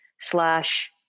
slash